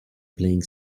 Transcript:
playing